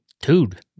dude